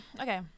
okay